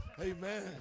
Amen